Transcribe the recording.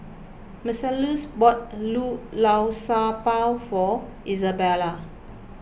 Marcellus bought Lu Lao Sha Bao for Isabela